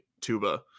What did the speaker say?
tuba